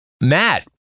Matt